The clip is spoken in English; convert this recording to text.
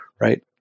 right